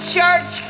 Church